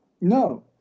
No